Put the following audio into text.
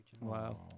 Wow